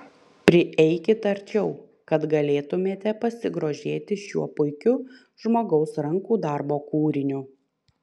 prieikit arčiau kad galėtumėte pasigrožėti šiuo puikiu žmogaus rankų darbo kūriniu